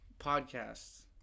podcasts